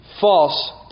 false